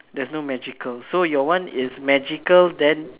there's no magical so your one is magical then